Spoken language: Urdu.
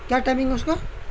کیا ٹائمنگ اس کا